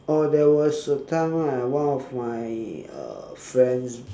oh there was a time right one of my uh friends